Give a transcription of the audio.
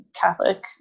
Catholic